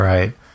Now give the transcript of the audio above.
Right